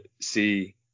see